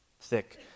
thick